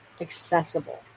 accessible